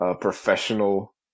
professional